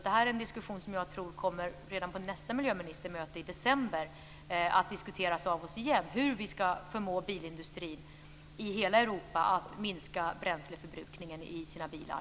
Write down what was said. Det här är något som jag tror kommer att diskuteras av oss igen redan på nästa miljöministermöte i december, nämligen hur vi skall förmå bilindustrin i hela Europa att minska bränsleförbrukningen i sina bilar.